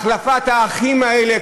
החלפת ה"אחים" האלה,